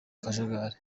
akajagari